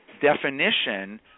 definition